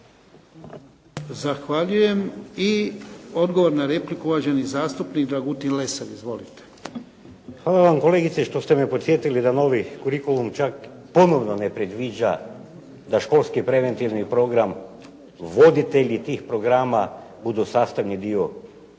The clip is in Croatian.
Zahvaljujem. I odgovor na repliku uvaženi zastupnik Dragutin Lesar. Izvolite. **Lesar, Dragutin (Nezavisni)** Hvala vam kolegice što ste me podsjetili na novi curriculum, čak ponovno ne predviđa da školski preventivni program voditelji tih programa budu sastavni dio sustava.